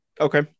Okay